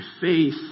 faith